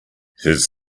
his